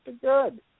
good